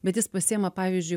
bet jis pasiima pavyzdžiui